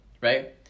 right